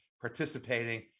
participating